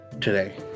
today